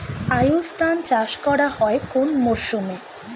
আউশ ধান চাষ করা হয় কোন মরশুমে?